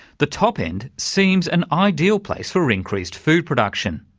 the top end seems an ideal place for increased food production.